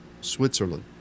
Switzerland